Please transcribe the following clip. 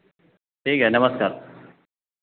ठीक है नमस्कार